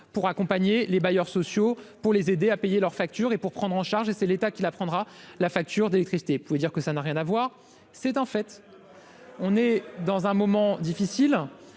pour accompagner les bailleurs sociaux pour les aider à payer leurs factures et pour prendre en charge et c'est l'État qui la prendra la facture d'électricité pour dire que ça n'a rien à voir, c'est en fait, on est dans un moment difficile